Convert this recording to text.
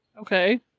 Okay